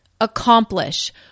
accomplish